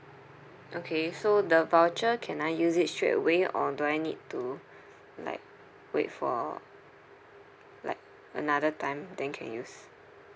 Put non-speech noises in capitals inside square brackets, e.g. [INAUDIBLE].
okay so the voucher can I use it straight away or do I need to [BREATH] like wait for like another time then can use